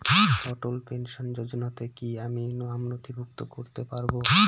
অটল pension যোজনাতে কি আমি নাম নথিভুক্ত করতে পারবো?